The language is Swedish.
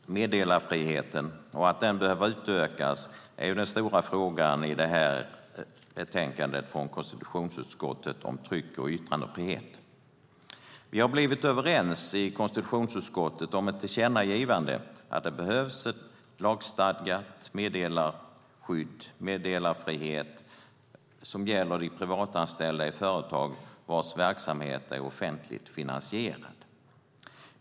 Fru talman! Meddelarfriheten och att den behöver utökas är den stora frågan i det här betänkandet från konstitutionsutskottet om tryck och yttrandefrihet. Vi har blivit överens i konstitutionsutskottet om ett tillkännagivande om att det behövs ett lagstadgat meddelarskydd, en meddelarfrihet, som gäller de privatanställda i företag vars verksamhet är offentligt finansierad.